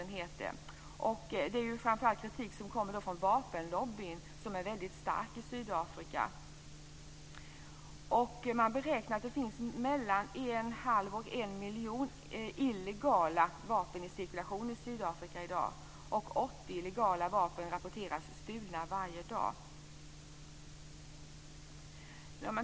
Det kommer kritik framför allt från vapenlobbyn, som är väldigt stark i Man beräknar att det finns mellan en halv och en miljon illegala vapen i cirkulation i Sydafrika i dag. 80 legala vapen rapporteras stulna varje dag.